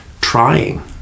trying